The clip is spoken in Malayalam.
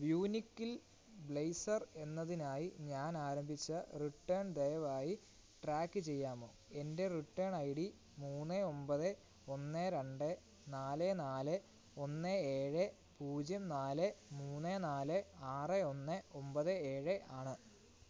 വൂനികിൽ ബ്ലേസർ എന്നതിനായി ഞാൻ ആരംഭിച്ച റിട്ടേൺ ദയവായി ട്രാക്ക് ചെയ്യാമോ എൻ്റെ റിട്ടേൺ ഐ ഡി മൂന്ന് ഒമ്പത് ഒന്ന് രണ്ട് നാല് നാല് ഒന്ന് ഏഴ് പൂജ്യം നാല് മൂന്ന് നാല് ആറ് ഒന്ന് ഒമ്പത് ഏഴ് ആണ്